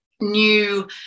new